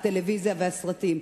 הטלוויזיה והסרטים.